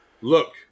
look